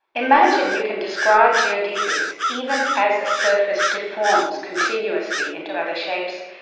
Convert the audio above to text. imagine you can describe geodesics even as a surface deforms continuously into other shapes,